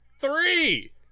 three